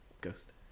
ghost